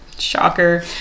shocker